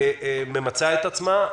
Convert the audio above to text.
ממצה את עצמה כרגע.